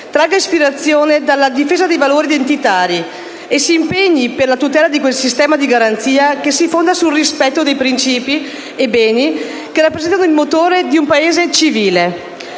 tragga ispirazione dalla difesa dei valori identitari e si impegni per la tutela di quel sistema di garanzia che si fonda sul rispetto dei principi e beni che rappresentano il motore di un Paese civile.